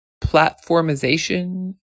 platformization